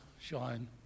shine